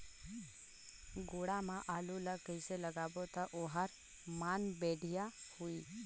गोडा मा आलू ला कइसे लगाबो ता ओहार मान बेडिया होही?